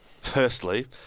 firstly